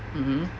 mmhmm